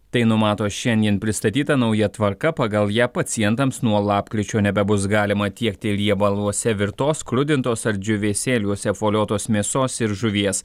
tai numato šiandien pristatyta nauja tvarka pagal ją pacientams nuo lapkričio nebebus galima tiekti riebaluose virtos skrudintos ar džiūvėsėliuose apvoliotos mėsos ir žuvies